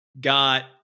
got